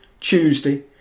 Tuesday